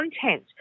content